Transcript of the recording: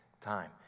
time